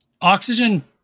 oxygen